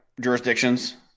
jurisdictions